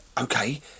okay